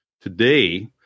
Today